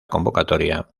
convocatoria